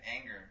anger